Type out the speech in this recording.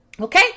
Okay